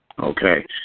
Okay